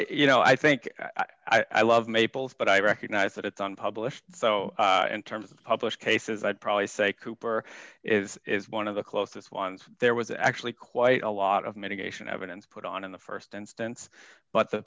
you know i think i'd love maples but i recognize that it's unpublished so in terms of published cases i'd probably say cooper is one of the closest ones there was actually quite a lot of mitigation evidence put on in the st instance but the